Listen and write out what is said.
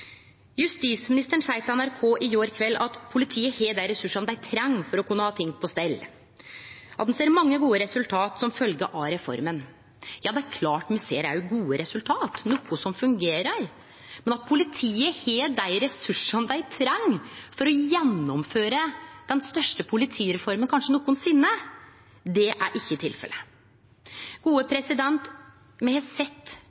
Justisministeren sa til NRK i går kveld at politiet har dei ressursane dei treng for å kunne ha ting på stell, og at ein ser mange gode resultat som følgje av reforma. Ja, det er klart at me òg ser gode resultat, noko som fungerer, men at politiet har dei ressursane dei treng for å gjennomføre den største politireforma kanskje nokosinne, er ikkje tilfellet. Me har sett